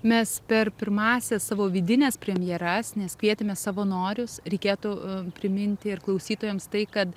mes per pirmąsias savo vidines premjeras mes kvietėmės savanorius reikėtų priminti ir klausytojams tai kad